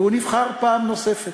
והוא נבחר פעם נוספת,